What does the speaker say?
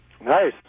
Nice